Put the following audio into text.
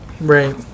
Right